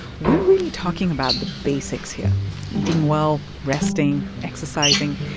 we're really talking about the basics here eating well, resting, exercising.